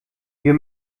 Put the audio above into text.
wir